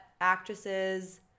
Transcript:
actresses